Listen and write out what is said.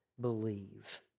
believe